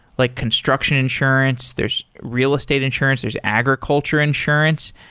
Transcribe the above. like construction insurance. there's real estate insurance. there's agriculture insurance.